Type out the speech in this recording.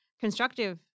constructive